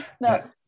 no